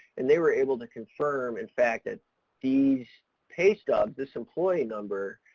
and they were able to confirm in fact that these pay stubs, this employee number,